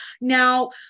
Now